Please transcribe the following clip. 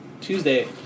Tuesday